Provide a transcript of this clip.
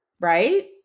right